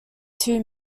two